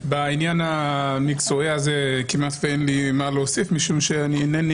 בעניין המקצועי הזה כמעט ואין לי מה להוסיף משום שאני אינני